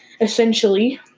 essentially